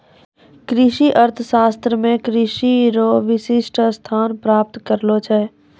कृषि अर्थशास्त्र मे कृषि रो विशिष्ट स्थान प्राप्त करलो छै